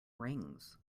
rings